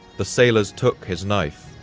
the sailors took his knife.